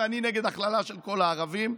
ואני נגד הכללה של כל הערבים,